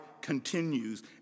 continues